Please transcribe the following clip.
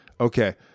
Okay